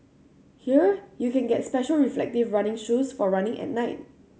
here you can get special reflective running shoes for running at night